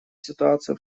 ситуацию